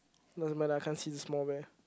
doesn't matter I can't see the small bear